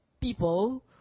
people